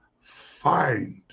find